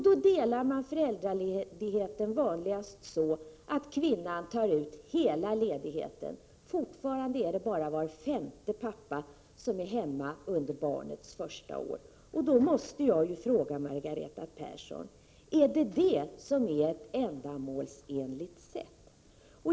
Då delar man vanligtvis föräldraledigheten så att kvinnan tar ut hela ledigheten. Fortfarande är det bara var femte pappa som är hemma under barnets första år. Därför måste jag ju fråga Margareta Persson: Är det det som är ett ändamålsenligt sätt?